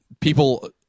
people